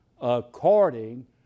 according